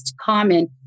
common